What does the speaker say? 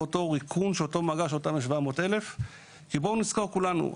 בריקון של אותו מאגר של 700,000. בואו נזכור כולנו,